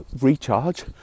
recharge